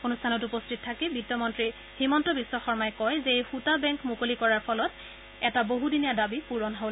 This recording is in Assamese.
অনুষ্ঠানত উপস্থিত থাকি বিত্ত মন্ত্ৰী হিমন্ত বিশ্ব শৰ্মাই কয় যে এই সুতা বেংক মুকলি কৰাৰ ফলত এটা বহুদিনীয়া দাবী পূৰণ হ'ল